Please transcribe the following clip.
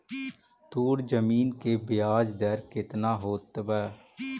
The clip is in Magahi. तोर जमीन के ब्याज दर केतना होतवऽ?